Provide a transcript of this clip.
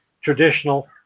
traditional